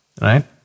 right